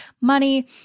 money